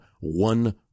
one